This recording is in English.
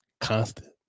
Constant